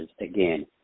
again